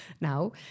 now